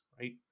right